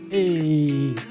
Hey